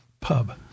pub